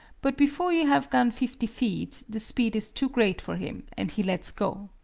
but before you have gone fifty feet the speed is too great for him, and he lets go.